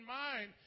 mind